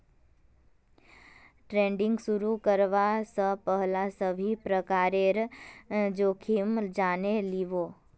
trading शुरू करवा स पहल सभी प्रकारेर जोखिम जाने लिबो